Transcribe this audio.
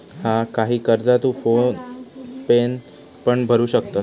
हा, काही कर्जा तू फोन पेन पण भरू शकतंस